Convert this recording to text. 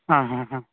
ಹಾಂ ಹಾಂ ಹಾಂ